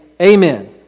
amen